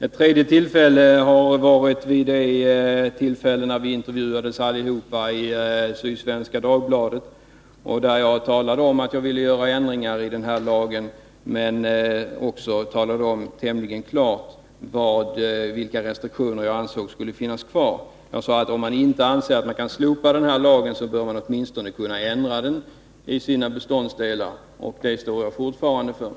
Ett tredje tillfälle var när vi alla intervjuades av Sydsvenska Dagbladet. Jag talade då om att jag ville göra ändringar i denna lag. Jag framhöll också tämligen klart vilka restriktioner jag ansåg skulle finnas kvar. Jag sade att man, om man inte anser att man kan slopa lagen, åtminstone bör kunna ändra den.